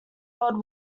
world